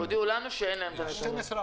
הודיעו לנו שאין להם את הנתונים.